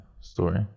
story